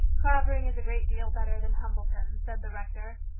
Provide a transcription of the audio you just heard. clavering is a great deal better than humbleton, said the rector.